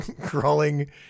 crawling